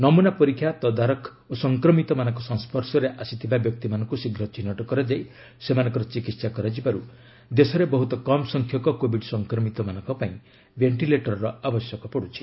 ନମୁନା ପରୀକ୍ଷା ତଦାରଖ ଓ ସଂକ୍ରମିତମାନଙ୍କ ସଂସ୍କର୍ଶରେ ଆସୁଥିବା ବ୍ୟକ୍ତିମାନଙ୍କୁ ଶୀଘ୍ର ଚିହ୍ନଟ କରାଯାଇ ସେମାନଙ୍କର ଚିକିତ୍ସା କରାଯିବାରୁ ଦେଶରେ ବହୁତ କମ୍ ସଂଖ୍ୟକ କୋଭିଡ୍ ସଂକ୍ରମିତମାନଙ୍କ ପାଇଁ ଭେଷ୍ଟିଲେଟରର ଆବଶ୍ୟକ ପଡୁଛି